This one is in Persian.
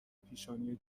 پیشانی